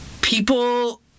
people